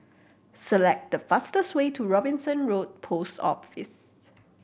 select the fastest way to Robinson Road Post Office